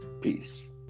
peace